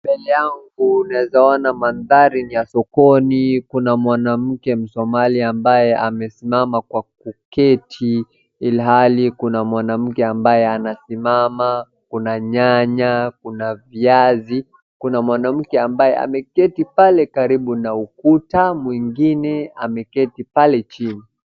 Mbele yangu nawezaona maandhari ya sokoni, kuna mwanamke msomali ambaye amesimama kwa kuketi ihali kuna mwanamke ambaye anasimama, kuna nyanya, kuna viazi, kuna mwanamke ambaye ameketi pale karibu na ukuta, mwingine ameketi pale chini.